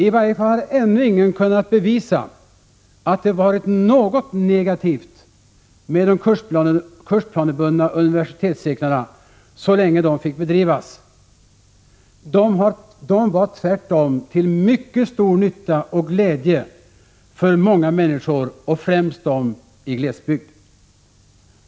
I varje fall har ännu ingen kunnat 20 maj 1987 bevisa att det var något negativt med de kursplanebundna universitetscirklarna så länge de fick bedrivas. De var tvärtom till mycket stor nytta och glädje för många människor, främst dem i glesbygd.